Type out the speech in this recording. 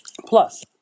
Plus